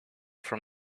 from